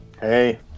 Hey